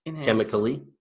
chemically